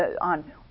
on